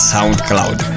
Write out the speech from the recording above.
SoundCloud